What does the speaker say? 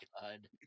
god